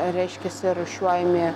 reiškiasi rūšiuojami